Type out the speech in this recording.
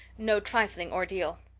no trifling ordeal.